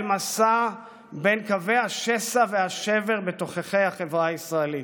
אל מסע בין קווי השסע והשבר בתוככי החברה הישראלית,